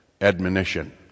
admonition